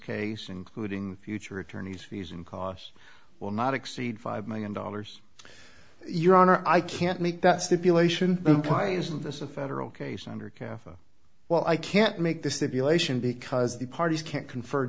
case including future attorneys fees and costs will not exceed five million dollars your honor i can't make that stipulation imply isn't this a federal case under cafe well i can't make the stipulation because the parties can't conf